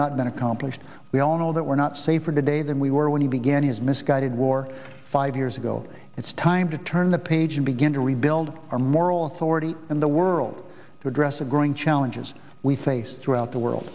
not been accomplished we all know that we're not safer today than we were when he began his misguided war five years ago it's time to turn the page and begin to rebuild our moral authority in the world to address the growing challenges we face throughout the world